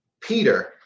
Peter